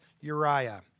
Uriah